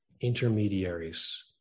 intermediaries